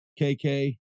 KK